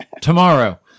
tomorrow